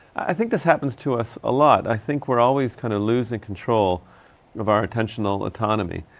i think this happens to us a lot. i think we're always kinda losing control of our attentional autonomy.